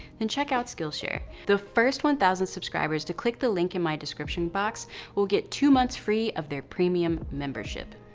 then check out skillshare. the first one thousand subscribers to click the link in my description box will get two months free of their premium membership.